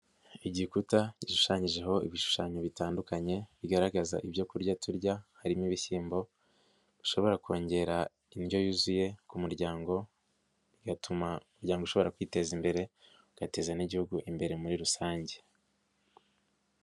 Igikuta gishushanyijeho ibishushanyo bitandukanye, bigaragaza ibyo kurya turya, harimo ibishyimbo, bishobora kongera indyo yuzuye ku muryango, bigatuma umuryango ushobora kwiteza imbere, ugateza n'igihugu imbere muri rusange.